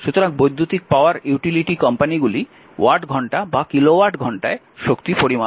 সুতরাং বৈদ্যুতিক power utility কোম্পানিগুলি ওয়াট ঘন্টা বা কিলোওয়াট ঘন্টায় শক্তি পরিমাপ করে